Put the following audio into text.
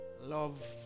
love